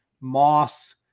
moss